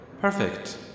Perfect